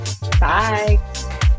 Bye